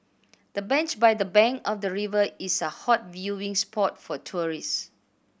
the bench by the bank of the river is a hot viewing spot for tourists